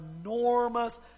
enormous